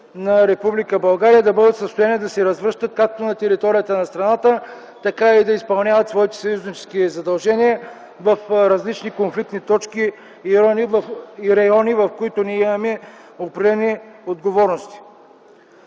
България да бъдат в състояние да се разгръщат както на територията на страната, така и да изпълняват своите съюзнически задължения в различни конфликтни точки и райони, в които ние имаме определени отговорности.